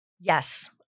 yes